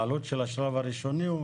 העלות של השלב הראשוני?